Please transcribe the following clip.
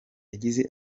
yagize